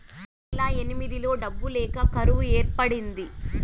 రెండువేల ఎనిమిదిలో డబ్బులు లేక కరువు ఏర్పడింది